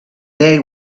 they